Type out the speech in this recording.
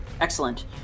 Excellent